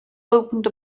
opened